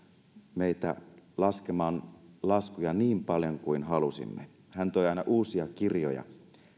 meitä laskemaan laskuja niin paljon kuin halusimme hän toi aina uusia kirjoja